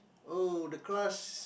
oh the crust